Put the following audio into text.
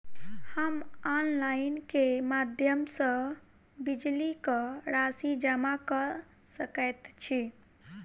हम ऑनलाइन केँ माध्यम सँ बिजली कऽ राशि जमा कऽ सकैत छी?